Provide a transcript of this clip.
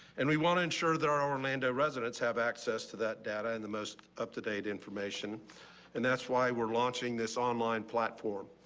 and we want to ensure that our orlando residents have access to that data and the most up to date information and that's why we're launching this online platform.